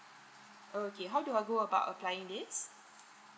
okay how do I go about applying this